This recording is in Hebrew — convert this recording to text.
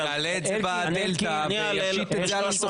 נעלה את זה בדלתא, ונשית את זה על השוכר.